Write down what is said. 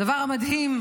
הדבר המדהים,